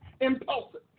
Impulsive